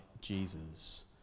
Jesus